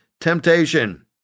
temptation